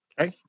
Okay